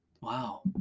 wow